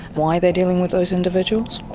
why they're dealing with those individuals,